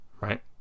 right